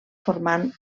formant